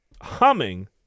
humming